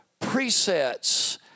presets